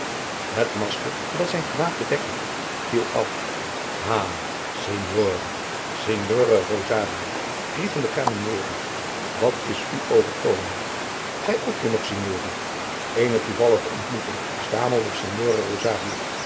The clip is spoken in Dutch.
het masker dat zijn gelaat bedekt bad viel af ha signore signore rosario riepen de camierieri wat is u overgekomen gij ook hier nog signori eene toevallige ontmoeting stamelde signore